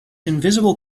invisible